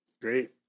Great